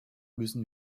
müssen